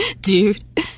Dude